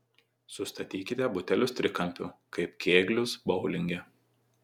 sustatykite butelius trikampiu kaip kėglius boulinge